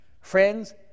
Friends